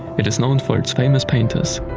it is known for its famous painters,